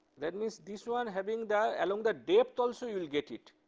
that means, this one having the along the depth also you will get it,